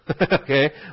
Okay